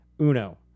Uno